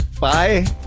bye